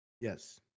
Yes